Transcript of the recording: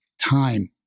time